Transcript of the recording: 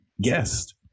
guest